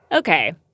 Okay